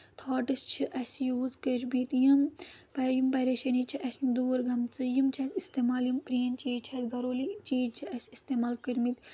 thoughts چھِ اَسہِ use کٔرمٕتۍ یِم پریشٲنی چھِ اَسہِ دوٗر گٔمژٕ یِم چھِ اَسہِ استعمال یِم پرینۍ چیٖز چھِ اَسہِ گروٗلی چیٖز چھِ اَسہِ استعمال کٔرمٕتۍ